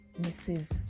Mrs